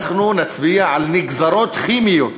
אנחנו נצביע על נגזרות כימיות